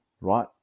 right